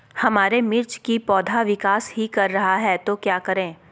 हमारे मिर्च कि पौधा विकास ही कर रहा है तो क्या करे?